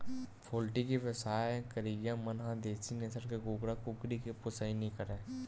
poultry के बेवसाय करइया मन ह देसी नसल के कुकरा, कुकरी के पोसइ नइ करय